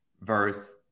verse